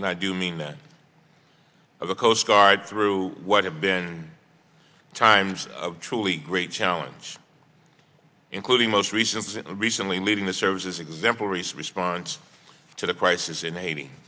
and i do mean of the coast guard through what have been times truly great challenge including most recently recently leading the services example response to the crisis in haiti